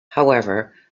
however